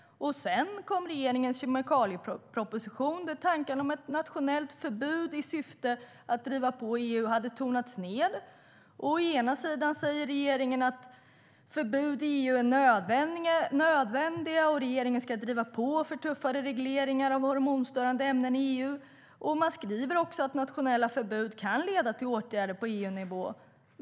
Sedan kom regeringens kemikalieproposition, där tankarna om ett nationellt förbud i syfte att driva på i EU hade tonats ned. Regeringen säger att förbud i EU är nödvändiga, och regeringen ska driva på för tuffare regleringar när det gäller hormonstörande ämnen i EU. Man skriver också att nationella förbud kan leda till åtgärder på EU-nivå.